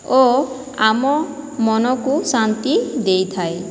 ଓ ଆମ ମନକୁ ଶାନ୍ତି ଦେଇଥାଏ